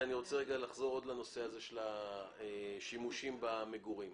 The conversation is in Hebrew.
אני רוצה רגע לחזור לנושא של השימושים במגורים.